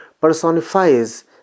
personifies